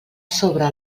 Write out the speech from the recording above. sobre